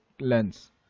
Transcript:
lens